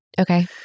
Okay